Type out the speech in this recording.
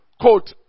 quote